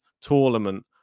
tournament